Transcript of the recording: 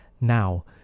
Now